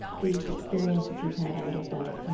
these experiences you've had out of that,